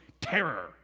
terror